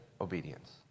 obedience